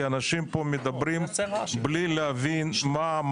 כי אנשים פה מדברים בלי להבין מה,